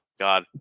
God